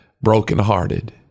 brokenhearted